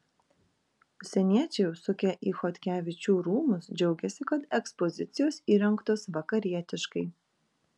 užsieniečiai užsukę į chodkevičių rūmus džiaugiasi kad ekspozicijos įrengtos vakarietiškai